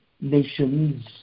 nations